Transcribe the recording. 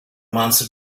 monster